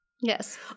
Yes